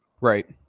Right